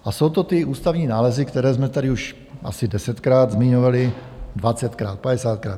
A jsou to ty ústavní nálezy, které jsme tady už asi desetkrát zmiňovali, dvacetkrát, padesátkrát.